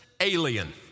alien